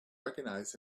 recognize